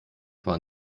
zwar